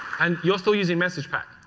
and you're still using message pack?